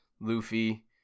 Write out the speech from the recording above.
Luffy